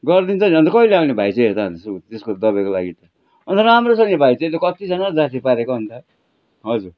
गरिदिन्छ नि अन्त कहिले आउने भाइ चाहिँ यता त्यसको दबाईको लागि अन्त राम्रो छ नि भाइ त्यसले कतिजना पो जाति पारेको अन्त हजुर